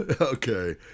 Okay